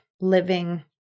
living